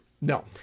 No